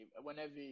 whenever